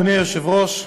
אדוני היושב-ראש,